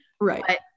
Right